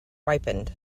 ripened